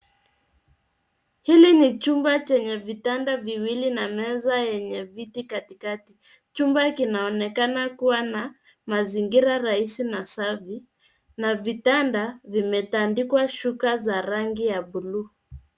Hili ni chumba chenye vitanda viwili na meza yenye viti katikati. Chumba kinaonekana kuwa na mazingira rahisi na safi, na vitanda vimetandikwa shuka za rangi ya bluu.